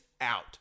out